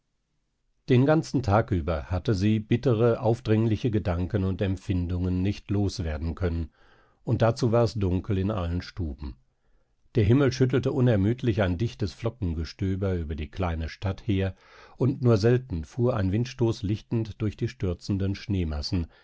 den ganzen tag über hatte sie bittere aufdringliche gedanken und empfindungen nicht los werden können und dazu war es dunkel in allen stuben der himmel schüttelte unermüdlich ein dichtes flockengestöber über die kleine stadt her und nur selten fuhr ein windstoß lichtend durch die stürzenden schneemassen